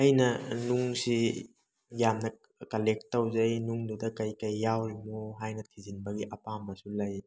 ꯑꯩꯅ ꯅꯨꯡꯁꯤ ꯌꯥꯝꯅ ꯀꯜꯂꯦꯛ ꯇꯧꯖꯩ ꯅꯨꯡꯗꯨꯗ ꯀꯩꯀꯩ ꯌꯥꯎꯔꯤꯅꯣ ꯍꯥꯏꯅ ꯊꯤꯖꯤꯟꯕꯒꯤ ꯑꯄꯥꯝꯕꯁꯨ ꯂꯩ